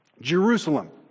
Jerusalem